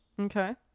okay